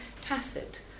tacit